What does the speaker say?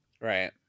Right